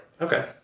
Okay